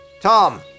Tom